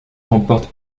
comporte